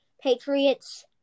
Patriots